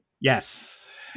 Yes